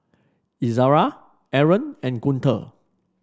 Izzara Aaron and Guntur